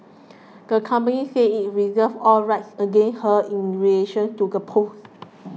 the company said it reserves all rights against her in relation to the post